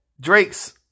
Drake's